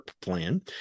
plan